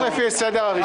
אני הולך לפי סדר הרישום.